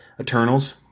Eternals